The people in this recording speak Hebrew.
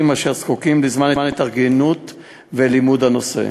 אשר זקוקים לזמן התארגנות ולימוד הנושא.